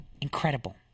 Incredible